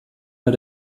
mal